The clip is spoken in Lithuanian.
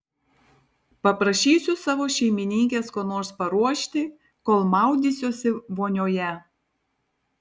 paprašysiu savo šeimininkės ko nors paruošti kol maudysiuosi vonioje